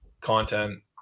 content